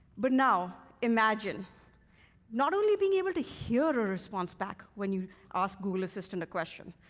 but now, imagine not only being able to hear a response back when you ask google assistant a question,